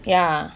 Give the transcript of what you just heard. ya